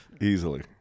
Easily